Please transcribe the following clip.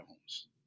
homes